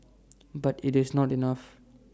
but IT is not enough